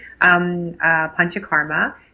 Panchakarma